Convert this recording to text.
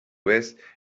vez